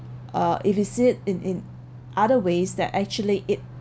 uh if you said in in other ways that actually it